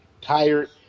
tired